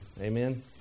Amen